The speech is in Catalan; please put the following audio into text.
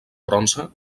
bronze